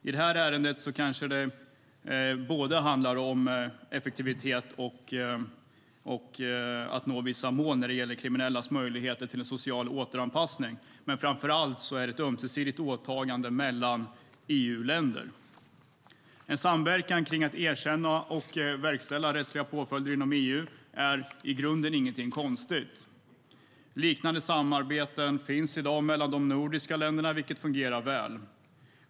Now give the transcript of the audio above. I det här ärendet handlar det kanske både om effektivitet och om att nå vissa mål när det gäller kriminellas möjlighet till social återanpassning, men framför allt är det ett ömsesidigt åtagande mellan EU-länder. En samverkan kring att erkänna och verkställa rättsliga påföljder inom EU är i grunden ingenting konstigt. Liknande samarbeten finns i dag mellan de nordiska länderna och fungerar väl.